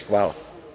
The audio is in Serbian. Hvala.